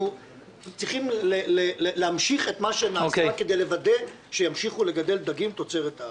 צריך להמשיך את מה שנעשה כדי לוודא שימשיכו לגדל דגים תוצרת הארץ.